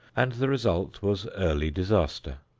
and the result was early disaster.